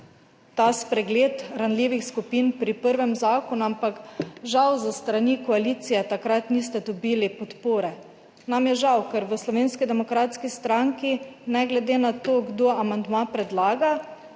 ta spregled ranljivih skupin pri prvem zakonu, ampak žal s strani koalicije takrat niste dobili podpore. Nam je žal, ker v Slovenski demokratski stranki ne glede na to kdo amandma predlaga,